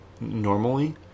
normally